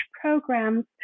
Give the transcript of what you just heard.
programs